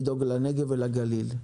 לדאוג לנגב ולגליל,